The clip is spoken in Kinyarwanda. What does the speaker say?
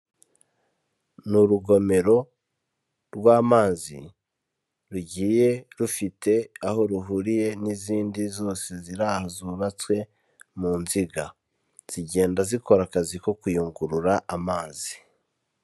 Ni urugomero rw'amazi rugiye rufite aho ruhuriye n'izindi zose zubatswe mu nziga, zigenda zikora akazi ko kuyungurura amazi.